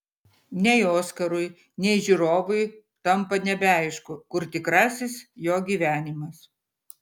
nei oskarui nei žiūrovui tampa nebeaišku kur tikrasis jo gyvenimas